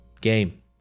game